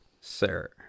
sir